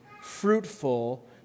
fruitful